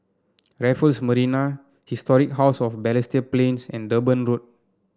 Raffles Marina Historic House of Balestier Plains and Durban Road